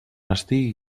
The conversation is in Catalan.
estigui